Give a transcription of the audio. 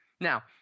Now